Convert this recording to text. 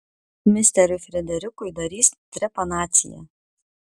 misteriui frederikui darys trepanaciją